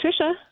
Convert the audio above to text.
Trisha